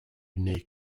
unique